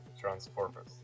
Transformers